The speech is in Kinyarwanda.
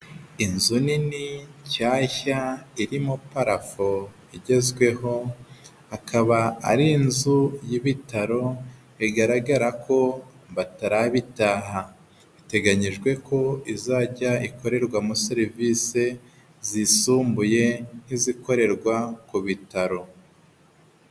Inzu nini nshyashya irimo parafo igezweho akaba ari inzu y'ibitaro bigaragara ko batarabitaha, biteganyijwe ko izajya ikorerwamo serivisi zisumbuye nk'izikorerwa kubitaro.